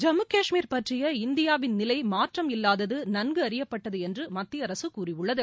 ஜம்மு கஷ்மீர் பற்றிய இந்தியாவின் நிலை மாற்றம் இல்வாததது நன்கு அறியப்பட்டது என்று மத்திய அரசு கூறியுள்ளது